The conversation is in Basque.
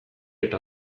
eta